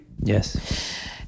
Yes